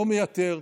לא מייתר.